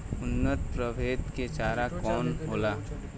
उन्नत प्रभेद के चारा कौन होला?